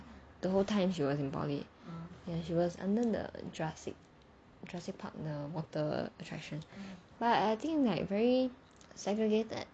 the whole time she was in poly ya she was under the jurassic jurassic park the water attraction but I think like very segregated